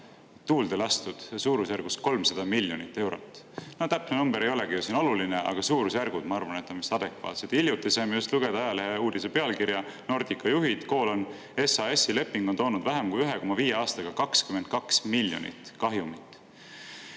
tuulde lastud suurusjärgus 300 miljonit eurot. Täpne number ei olegi ju oluline, aga suurusjärgud, ma arvan, on adekvaatsed. Hiljuti saime lugeda ajaleheuudise pealkirja "Nordica juhid: SASi leping on toonud vähem kui 1,5 aastaga 22 miljonit kahjumit".